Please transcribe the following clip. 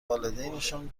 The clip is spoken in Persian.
والدینشان